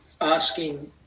asking